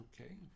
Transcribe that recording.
Okay